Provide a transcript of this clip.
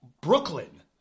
Brooklyn